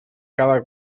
cada